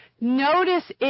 Notice